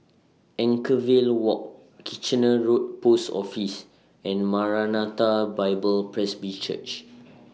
Anchorvale Walk Kitchener Road Post Office and Maranatha Bible Presby Church